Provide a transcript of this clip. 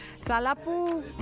Salapu